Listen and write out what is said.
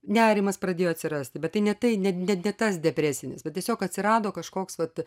nerimas pradėjo atsirasti bet tai ne tai ne tas depresinis nu tiesiog atsirado kažkoks vat